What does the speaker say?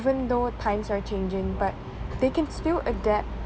even though times are changing but they can still adapt